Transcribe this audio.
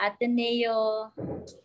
Ateneo